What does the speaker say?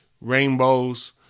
Rainbows